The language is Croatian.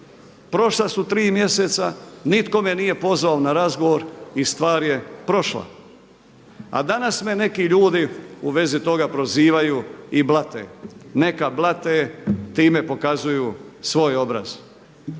Prošla su 3 mjeseca, nitko me nije pozvao na razgovor i stvar je prošla. A danas me neki ljudi u vezi toga prozivaju i blate. Neka blate, time pokazuju svoj obraz.